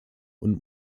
und